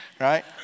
right